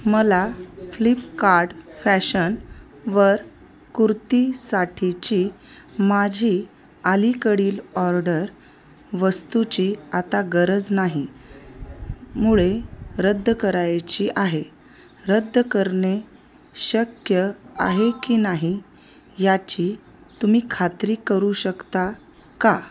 मला फ्लिपकार्ट फॅशनवर कुर्तीसाठीची माझी अलीकडील ऑर्डर वस्तूची आता गरज नाही मुळे रद्द करायची आहे रद्द करणे शक्य आहे की नाही याची तुम्ही खात्री करू शकता का